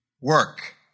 work